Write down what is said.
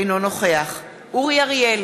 אינו נוכח אורי אריאל,